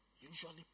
Usually